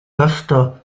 gasto